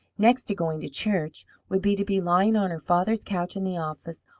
next to going to church, would be to be lying on her father's couch in the office,